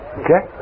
okay